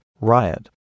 Riot